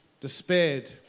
despaired